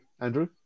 Andrew